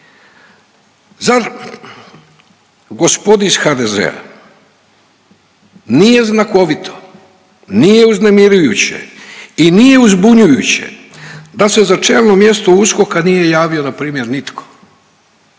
Zar gospodi iz HDZ-a nije znakovito, nije uznemirujuće i nije uzbunjujuće da se za čelno mjesto USKOK-a nije javio na primjer nitko,